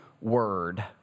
word